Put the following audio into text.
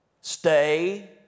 Stay